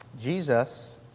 Jesus